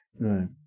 Right